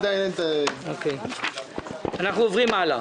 אנחנו עוברים הלאה.